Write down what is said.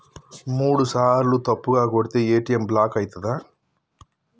మూడుసార్ల తప్పుగా కొడితే ఏ.టి.ఎమ్ బ్లాక్ ఐతదా?